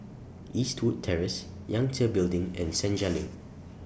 Eastwood Terrace Yangtze Building and Senja LINK